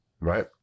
right